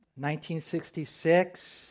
1966